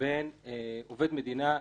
לעובד מדינה,